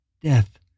Death